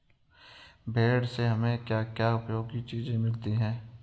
भेड़ से हमें क्या क्या उपयोगी चीजें मिलती हैं?